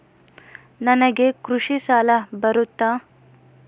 ನನಗೆ ಕೃಷಿ ಸಾಲ ಬರುತ್ತಾ?